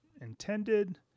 intended